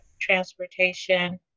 transportation